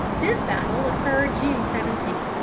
this battle occurred june seventeen.